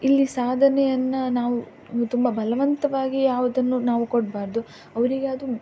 ಇಲ್ಲಿ ಸಾಧನೆಯನ್ನು ನಾವು ತುಂಬ ಬಲವಂತವಾಗಿ ಯಾವುದನ್ನು ನಾವು ಕೊಡಬಾರ್ದು ಅವರಿಗೆ ಅದು